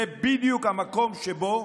זה בדיוק המקום שבו